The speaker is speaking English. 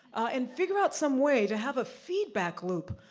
and figure out some way to have a feedback loop,